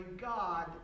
God